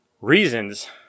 reasons